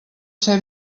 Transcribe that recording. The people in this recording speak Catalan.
ser